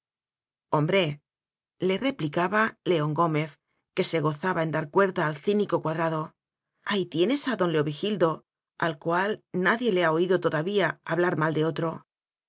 hombrele replicaba león gómez que se gozaba en dar cuerda al cínico cuadrado ahí tienes a don leovigildo al cual nadie le í ha oído todavía hablar mal de otro